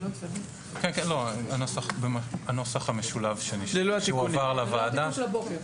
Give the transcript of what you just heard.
הנוסח המשולב שהועבר לוועדה,